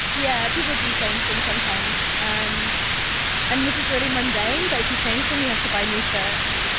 yeah, people do change them sometimes. um and this is really mundane, but if you change them you have to buy new shirts,